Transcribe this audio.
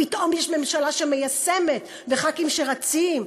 פתאום יש ממשלה שמיישמת וח"כים שרצים.